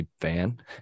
fan